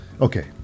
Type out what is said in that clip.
okay